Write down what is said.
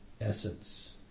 essence